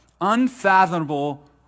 Unfathomable